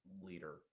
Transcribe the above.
leader